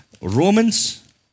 Romans